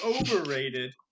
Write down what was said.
overrated